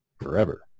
forever